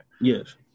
Yes